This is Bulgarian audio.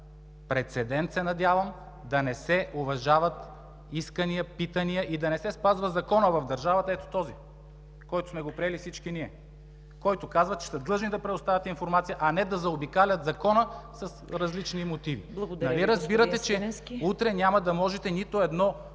прецедент, се надявам, да не се уважават искания, питания и да не се спазва законът в държавата – ето този, който сме го приели всички ние, който казва, че са длъжни да предоставят информация, а не да заобикалят закона с различни мотиви! ПРЕДСЕДАТЕЛ ЦВЕТА КАРАЯНЧЕВА: Благодаря